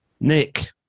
Nick